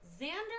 Xander